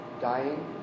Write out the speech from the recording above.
dying